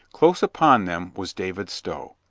close upon them was david stow.